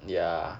ya